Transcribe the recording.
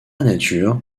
nature